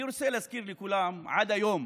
אני רוצה להזכיר לכולם: עד היום